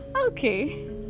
okay